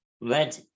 red